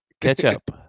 ketchup